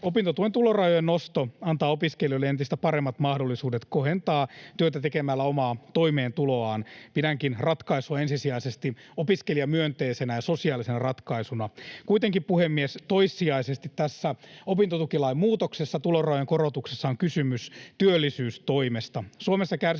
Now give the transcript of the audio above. Opintotuen tulorajojen nosto antaa opiskelijoille entistä paremmat mahdollisuudet kohentaa omaa toimeentuloaan työtä tekemällä. Pidänkin ratkaisua ensisijaisesti opiskelijamyönteisenä ja sosiaalisena ratkaisuna. Kuitenkin, puhemies, toissijaisesti tässä opintotukilain muutoksessa, tulorajojen korotuksessa on kysymys työllisyystoimesta.